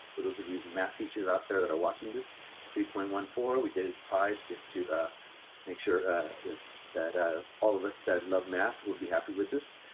for those of you math teachers out there that are watching this three point one four we did pie, so just to ah make sure that that ah all of us that love math will be happy with this.